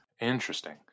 Interesting